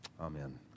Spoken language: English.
Amen